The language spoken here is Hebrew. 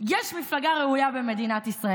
יש מפלגה ראויה במדינת ישראל.